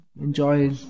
enjoy